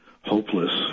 hopeless